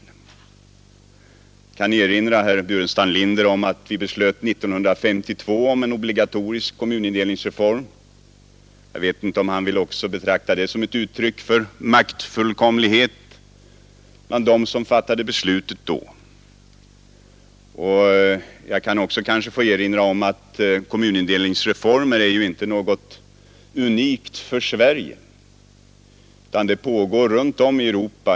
Jag kan erinra herr Burenstam Linder om att vi år 1952 fattade beslut om en obligatorisk kommunindelningsreform. Jag vet inte om han vill betrakta också det som ett uttryck för maktfullkomlighet bland dem som fattade beslutet då. Jag kanske också kan erinra om att kommunindelningsreformer inte är något unikt för Sverige, utan förändringar i den vägen pågår runt om i Europa.